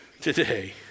today